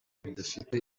bidafite